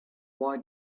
why